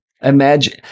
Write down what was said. Imagine